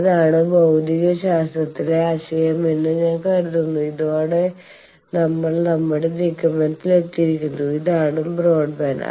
അതാണ് ഭൌതികശാസ്ത്രത്തിലെ ആശയം എന്ന് ഞാൻ കരുതുന്നു ഇതോടെ നമ്മൾ നമ്മുടെ നിഗമനത്തിലെത്തിയിരിക്കുന്നു ഇതാണ് ബ്രോഡ്ബാൻഡ്